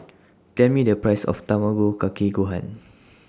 Tell Me The Price of Tamago Kake Gohan